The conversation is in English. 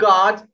God